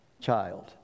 child